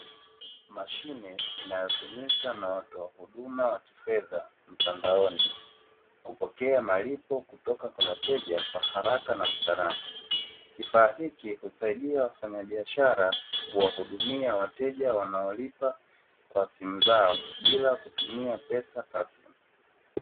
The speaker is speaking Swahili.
Mashine inayotumika na watoa huduma wa kifedha mtandaoni kupokea malipo kutoka kwa wateja kwa haraka na usalama. Kifaa hiki husaidia wafanyabiashara kuwahudumia wateja wanaolipa kwa simu zao bila kutumia pesa taslimu.